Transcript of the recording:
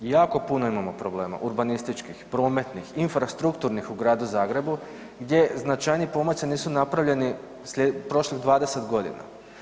Jako puno imamo problema urbanističkih, prometnih, infrastrukturnih u gradu Zagrebu gdje značajniji pomaci nisu napravljeni prošlih 20 godina.